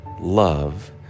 love